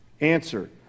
Answer